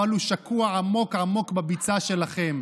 אבל הוא שקוע עמוק עמוק בביצה שלכם.